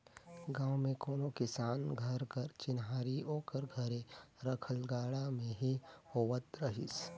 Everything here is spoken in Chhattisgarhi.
गाँव मे कोनो किसान घर कर चिन्हारी ओकर घरे रखल गाड़ा ले ही होवत रहिस